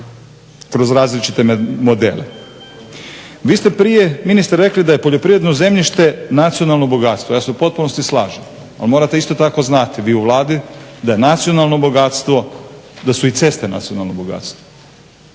kroz različite modele. Vi ste prije ministre rekli da je poljoprivredno zemljište nacionalno bogatstvo. Ja se u potpunosti slažem ali morate isto tako znati vi u Vladi da je nacionalno bogatstvo, da su i ceste nacionalno bogatstvo.